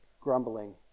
grumbling